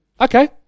Okay